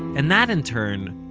and that, in turn,